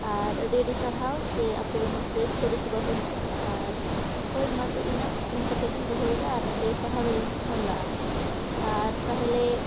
ᱟᱨ ᱟᱹᱰᱤ ᱟᱹᱰᱤ ᱥᱟᱨᱦᱟᱣ ᱡᱮ ᱟᱯᱮ ᱩᱱᱟᱹᱜ ᱵᱮᱥ ᱯᱚᱨᱤᱥᱮᱵᱟ ᱯᱮ ᱮᱢᱚᱜ ᱠᱟᱱᱟ ᱟᱨ ᱦᱳᱭ ᱢᱟ ᱛᱚ ᱤᱱᱟᱹᱜ ᱢᱮᱱ ᱠᱟᱛᱮᱫ ᱜᱮᱧ ᱫᱚᱦᱚᱭᱮᱫᱼᱟ ᱟᱨ ᱟᱯᱮ ᱥᱟᱨᱦᱟᱣ ᱞᱟᱹᱜᱤᱫ ᱤᱧ ᱯᱷᱳᱱ ᱞᱮᱫᱟ ᱟᱨ ᱛᱟᱦᱚᱞᱮ